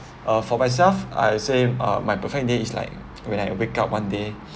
uh for myself I same uh my perfect day is like when I wake up one day